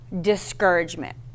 discouragement